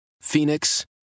Phoenix